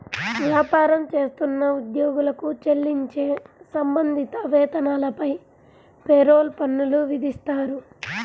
వ్యాపారం చేస్తున్న ఉద్యోగులకు చెల్లించే సంబంధిత వేతనాలపై పేరోల్ పన్నులు విధిస్తారు